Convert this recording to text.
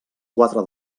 quatre